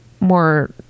more